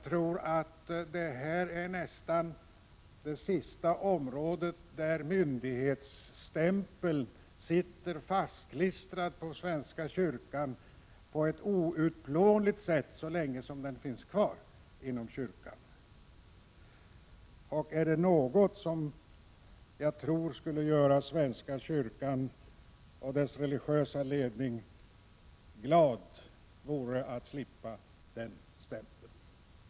Detta är nästan det sista området där myndighetsstämpeln sitter fastklistrad på svenska kyrkan på ett outplånligt sätt, och det kommer den att göra så länge folkbokföringen finns kvar inom kyrkan. Något som skulle göra svenska kyrkan och dess religiösa ledning glad vore att slippa den stämpeln, tror jag.